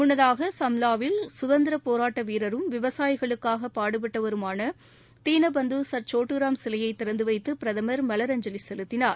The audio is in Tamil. முன்னதாக சும்ளாவில் சுதந்திரப் போராட்டவீரரும் விவசாயிகளுக்காகபாடுபட்டவருமானதீனபந்துசர் சோட்டுராம் சிலையைதிறந்துவைத்துபிரதமர் மலரஞ்சலிசெலுத்தினார்